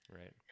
right